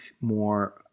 more